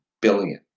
billion